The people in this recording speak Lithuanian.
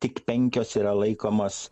tik penkios yra laikomos